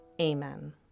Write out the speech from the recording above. amen